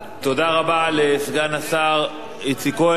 תודה רבה לסגן השר איציק כהן.